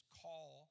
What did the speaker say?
call